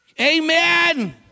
Amen